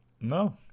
No